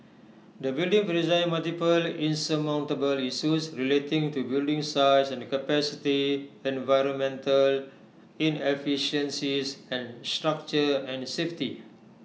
the building presents multiple insurmountable issues relating to building size and capacity the environmental inefficiencies and structure and safety